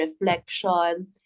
reflection